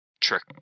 trick